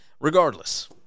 Regardless